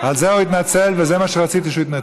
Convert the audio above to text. על זה הוא התנצל, וזה מה שרציתי, שהוא יתנצל.